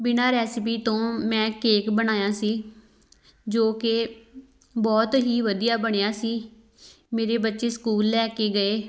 ਬਿਨਾਂ ਰੈਸਿਪੀ ਤੋਂ ਮੈਂ ਕੇਕ ਬਣਾਇਆ ਸੀ ਜੋ ਕਿ ਬਹੁਤ ਹੀ ਵਧੀਆ ਬਣਿਆ ਸੀ ਮੇਰੇ ਬੱਚੇ ਸਕੂਲ ਲੈ ਕੇ ਗਏ